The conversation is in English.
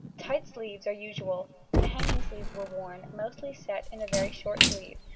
tight sleeves are usual, and hanging sleeves were worn, mostly set in a very short sleeve,